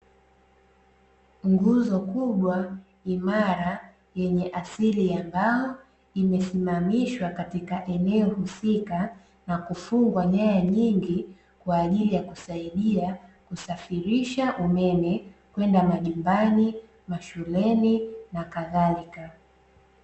Nguzo kubwa imara yenye asili ya mbao imesimamishwa katika eneo husika, na kufungwa nyaya nyingi kwa ajili ya kusaidia kusafirisha umeme kwenda majumbani mashuleni na kadhalika.